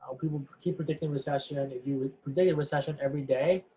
ah people keep predicting recession, and if you predict a recession every day,